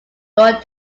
nor